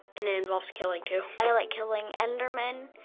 and it involves killing too. i like killing endermen,